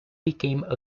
became